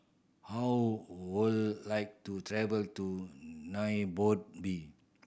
how would like to travel to Nairobi